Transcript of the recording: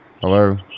Hello